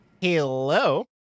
Hello